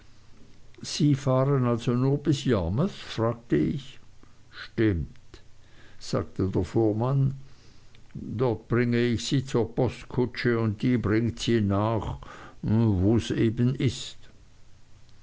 sie fahren also nur bis yarmouth fragte ich stimmt sagte der fuhrmann dort bringe ich sie zur postkutsche und die bringt sie nach wos eben ist